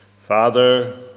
Father